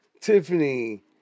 Tiffany